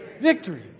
Victory